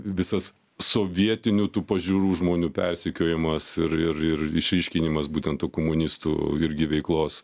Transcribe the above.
visas sovietinių tų pažiūrų žmonių persekiojimas ir ir ir išryškinimas būtent tų komunistų irgi veiklos